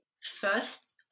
first